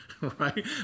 right